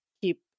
keep